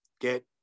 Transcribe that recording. get